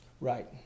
Right